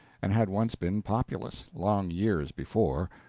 and had once been populous, long years before,